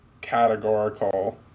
categorical